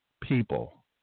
people